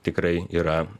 tikrai yra